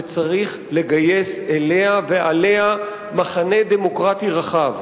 שצריך לגייס אליה ועליה מחנה דמוקרטי רחב.